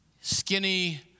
skinny